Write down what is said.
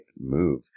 move